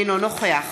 אינו נוכח